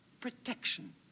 protection